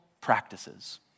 practices